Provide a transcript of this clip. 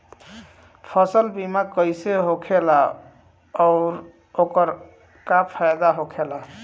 फसल बीमा कइसे होखेला आऊर ओकर का फाइदा होखेला?